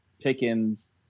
pickens